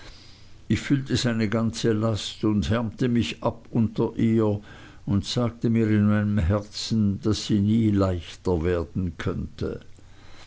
ich fühlte seine ganze last und härmte mich ab unter ihr und sagte mir in meinem herzen daß sie nie leichter werden könnte